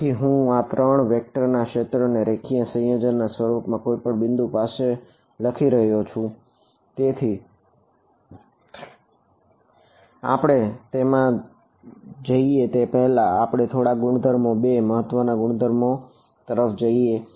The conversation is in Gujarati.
તેથી હું આ ત્રણ વેક્ટર પર અહીં T1 લઈએ